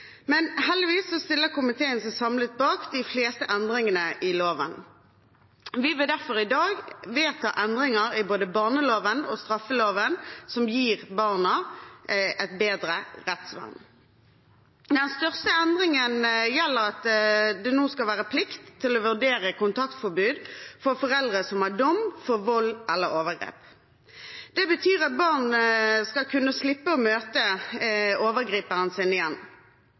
men heldigvis stiller komiteen seg samlet bak de fleste endringene i loven. Vi vil derfor i dag vedta endringer i både barneloven og straffeloven, noe som vil gi barna et bedre rettsvern. Den største endringen gjelder at det nå skal være en plikt å vurdere kontaktforbud for foreldre som har fått dom for vold eller overgrep. Det betyr at barn skal kunne slippe å møte overgriperen sin igjen,